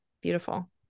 Beautiful